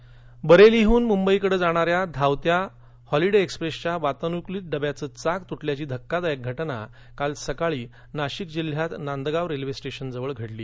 नाशिक अपघात बरेलीहून मुंबई कडे जाणाऱ्या धावत्या हॉलिडे एक्स्प्रेसच्या वातनुकूलित डब्याचं चाक तुटल्याची धक्कादायक घटना काल सकाळी नाशिक जिल्ह्यात नांदगांव रेल्वे स्टेशन जवळ घडली